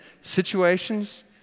situations